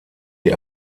die